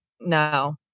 no